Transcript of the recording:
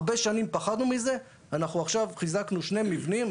הרבה שנים פחדנו מזה ואנחנו עכשיו חיזקנו שני מבנים,